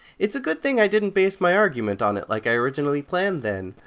it's a good thing i didn't base my argument on it like i originally planned, then!